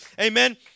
Amen